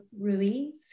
Ruiz